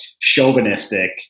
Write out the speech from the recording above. chauvinistic